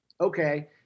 okay